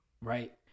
right